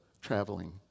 traveling